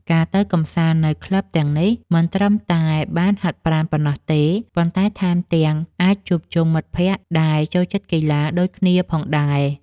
ការទៅកម្សាន្តនៅក្លឹបទាំងនេះ មិនត្រឹមតែបានហាត់ប្រាណប៉ុណ្ណោះទេ ប៉ុន្តែថែមទាំងអាចជួបជុំមិត្តភក្តិដែលចូលចិត្តកីឡាដូចគ្នាផងដែរ។